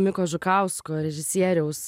miko žukausko režisieriaus